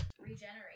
Regenerate